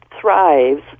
thrives